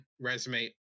resume